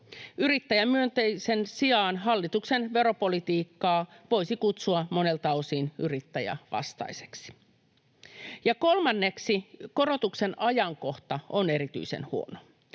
Yrittäjämyönteisen sijaan hallituksen veropolitiikkaa voisi kutsua monelta osin yrittäjävastaiseksi. Ja kolmanneksi korotuksen ajankohta on erityisen huono.